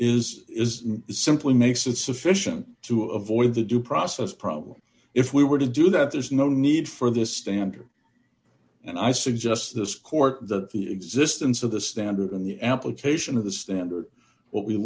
is is simply makes it sufficient to avoid the due process problem if we were to do that there's no need for the standard and i suggest this court that the existence of the standard and the amplification of the standard what we